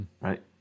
right